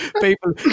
people